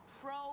Pro